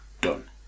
Done